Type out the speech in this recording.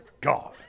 God